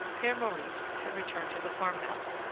pere maurice had returned to the farm-house,